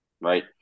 right